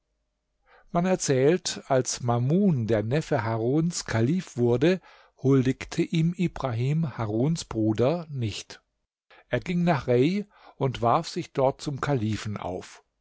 man erzählt als mamun der neffe haruns kalif wurde huldigte ihm ibrahim haruns bruder nicht er ging nach rei und warf sich dort zum kalifen auf